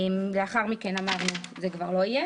לאחר מכן זה כבר לא יהיה.